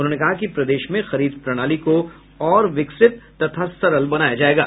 उन्होंने कहा कि प्रदेश में खरीद प्रणाली को और विकसित तथा सरल बनाया जायेगा